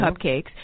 cupcakes